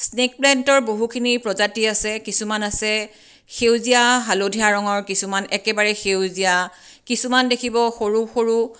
snack প্লেণ্টৰ বহুখিনি প্ৰজাতি আছে কিছুমান আছে সেউজীয়া হালধীয়া ৰঙৰ কিছুমান একেবাৰে সেউজীয়া কিছুমান দেখিব সৰু সৰু